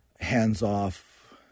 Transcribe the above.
hands-off